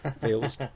feels